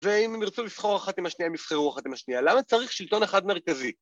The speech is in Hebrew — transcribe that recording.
‫ואם הם ירצו לסחור אחת עם השנייה, ‫הם יסחרו אחת עם השנייה. ‫למה צריך שלטון אחד מרכזי?